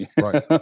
right